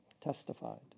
testified